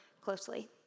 closely